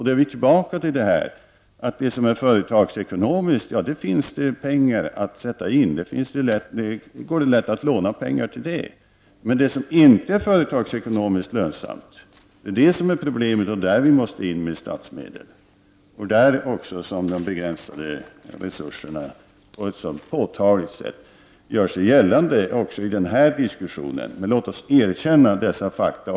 Då är vi tillbaka till utgångspunkten att det till sådant som är företagsekonomiskt lönsamt finns pengar att sätta in, det går lätt att låna pengar till det. Men med sådant som inte är företagsekonomiskt lönsamt blir det problem. Det är i de fallen vi måste föra in statsmedel. Det är där de begränsade resurserna på ett sådant påtagligt sätt gör sig gällande även i den här diskussionen. Låt oss erkänna dessa fakta.